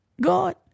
God